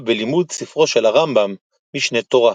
בלימוד ספרו של הרמב"ם - "משנה תורה",